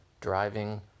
driving